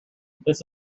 this